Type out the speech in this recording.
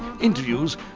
interviews